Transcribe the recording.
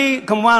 כמובן,